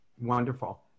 Wonderful